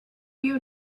you